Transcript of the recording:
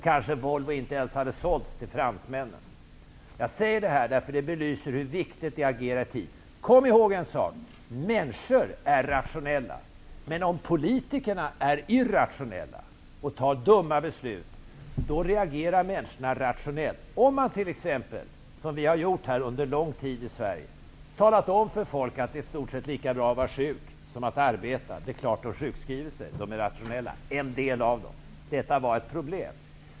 Kanske Volvo inte ens hade sålts till fransmännen. Jag säger det här därför att det belyser hur viktigt det är att agera i tid. Kom ihåg en sak: människor är rationella. Om politikerna är irrationella och fattar dumma beslut reagerar människorna rationellt. Om man t.ex., som vi har gjort under lång tid i Sverige, talar om för människor att det är i stort sett lika bra att vara sjuk som att arbeta, är det klart att de sjukskriver sig -- de är rationella, en del av dem. Detta var ett problem.